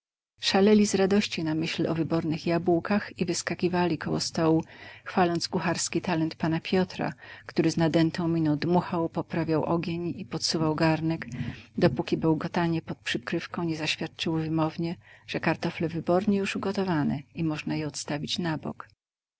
szaleli z radości na myśl o wybornych jabłkach i wyskakiwali koło stołu chwaląc kucharski talent pana piotra który z nadętą miną dmuchał poprawiał ogień i podsuwał garnek dopóki bełkotanie pod pokrywką nie zaświadczyło wymownie że kartofle wybornie już ugotowane i można je odstawić na bok